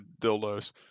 dildos